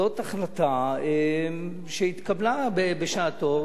זאת החלטה שהתקבלה בשעתו,